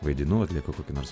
vaidinu atlieku kokį nors